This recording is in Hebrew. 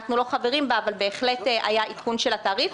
אנחנו לא חברים בה אבל בהחלט היה עדכון של התעריף,